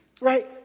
Right